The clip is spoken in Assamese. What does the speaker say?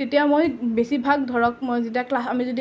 তেতিয়া মই বেছি ভাগ ধৰক মই যেতিয়া